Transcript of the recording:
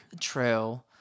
True